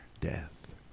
death